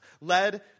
led